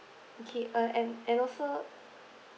okay uh and and also